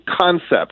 concept